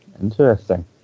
interesting